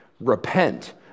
repent